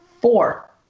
Four